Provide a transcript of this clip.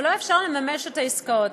ולא אפשר יהיה לממש את העסקאות.